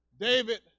David